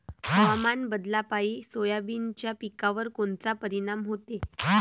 हवामान बदलापायी सोयाबीनच्या पिकावर कोनचा परिणाम होते?